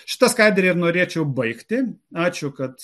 šita skaidre ir norėčiau baigti ačiū kad